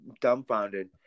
dumbfounded